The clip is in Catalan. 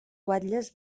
guatlles